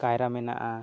ᱠᱟᱭᱨᱟ ᱢᱮᱱᱟᱜᱼᱟ